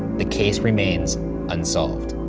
the case remains unsolved.